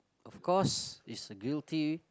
of course he's guilty